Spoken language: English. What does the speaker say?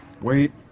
Wait